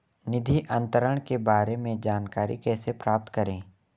निधि अंतरण के बारे में जानकारी कैसे प्राप्त करें?